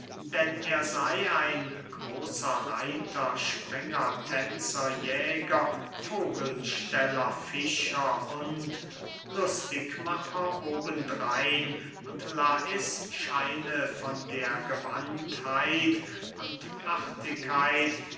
denn er sey ein großer reiter springer tänzer jäger vogelsteller fischer und lustigmacher oben drein und lais scheine von der gewandtheit und artigkeit